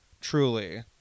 Truly